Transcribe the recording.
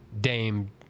Dame